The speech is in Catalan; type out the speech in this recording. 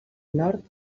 nord